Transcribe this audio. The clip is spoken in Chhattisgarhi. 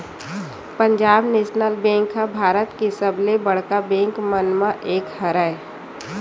पंजाब नेसनल बेंक ह भारत के सबले बड़का बेंक मन म एक हरय